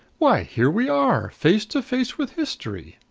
why, here we are, face to face with history!